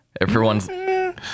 Everyone's